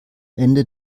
ende